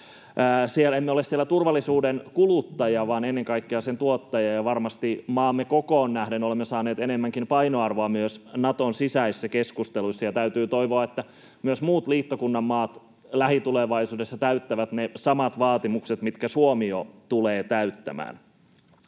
emme ole siellä turvallisuuden kuluttaja vaan ennen kaikkea sen tuottaja, ja varmasti maamme kokoon nähden olemme saaneet enemmänkin painoarvoa myös Naton sisäisissä keskusteluissa. Täytyy toivoa, että myös muut liittokunnan maat lähitulevaisuudessa täyttävät ne samat vaatimukset, mitkä Suomi jo tulee täyttämään.